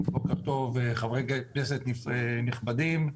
בוקר טוב חברי כנסת נכבדים,